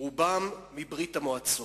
רובם מברית-המועצות.